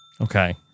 Okay